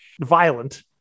violent